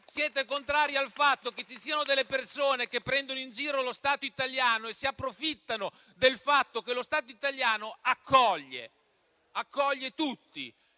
Siete contrari al fatto che ci siano delle persone che prendono in giro lo Stato italiano e si approfittano del fatto che lo Stato italiano accoglie tutti,